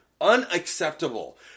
Unacceptable